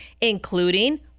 including